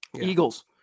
Eagles